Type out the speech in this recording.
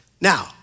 Now